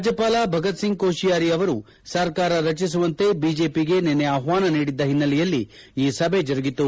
ರಾಜ್ಯಪಾಲ ಭಗತ್ಸಿಂಗ್ ಕೋತಿಯಾರಿ ಅವರು ಸರ್ಕಾರ ರಚಿಸುವಂತೆ ಬಿಜೆಪಿಗೆ ನಿನ್ನೆ ಆಡ್ಡಾನ ನೀಡಿದ ಹಿನ್ನೆಲೆಯಲ್ಲಿ ಈ ಸಭೆ ಜರುಗಿತು